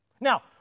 Now